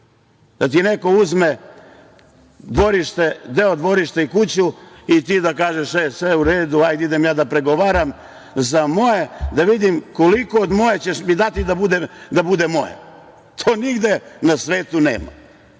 da ti neko uzme deo dvorišta i kuću i ti da kažeš da je sve u redu, idem ja da pregovaram za moje, da vidim koliko od moga ćeš mi dati da bude moje. To nigde na svetu nema.